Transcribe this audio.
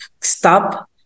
stop